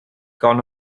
gone